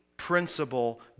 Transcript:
principle